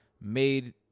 made